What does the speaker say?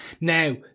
now